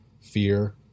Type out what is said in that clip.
fear